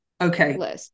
Okay